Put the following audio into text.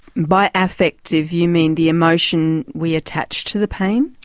by affective you mean the emotion we attach to the pain?